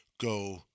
go